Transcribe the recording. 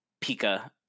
pika